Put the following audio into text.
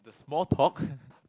small talk